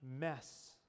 mess